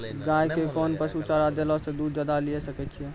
गाय के कोंन पसुचारा देला से दूध ज्यादा लिये सकय छियै?